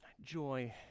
Joy